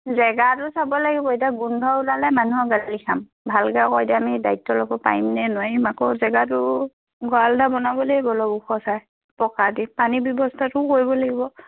জেগাটো চাব লাগিব এতিয়া গোন্ধ ওলালে মানুহৰ গালি খাম ভালকে কৈ দিয়া আমি দায়িত্ব ল'ব পাৰিমনে নোৱাৰিম আকৌ জেগাটো গঁৰাল এটা বনাব লাগিব ওখ চাই পকা দি পানীৰ ব্যৱস্থাটোও কৰিব লাগিব